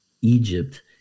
Egypt